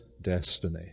destiny